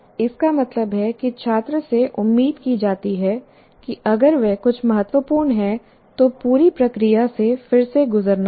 इसका मतलब है कि छात्र से उम्मीद की जाती है कि अगर वह कुछ महत्वपूर्ण है तो पूरी प्रक्रिया से फिर से गुजरना होगा